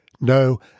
No